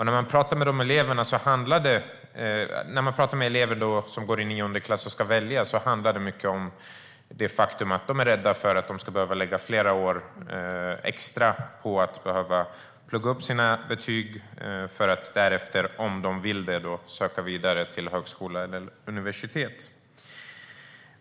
När man talar med elever som gå i nionde klass och ska välja hör man att det handlar mycket om det faktum att de är rädda för att de ska behöva lägga flera år extra på att behöva plugga upp sina betyg för att därefter, om de vill, söka vidare till högskola eller universitet.